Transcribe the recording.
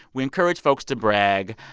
we encourage folks to brag.